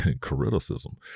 Criticism